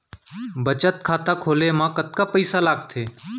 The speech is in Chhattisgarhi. बचत खाता खोले मा कतका पइसा लागथे?